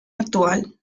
actual